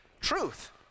truth